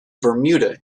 bermuda